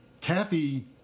Kathy